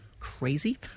crazy